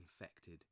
infected